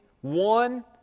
one